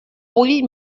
vull